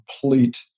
complete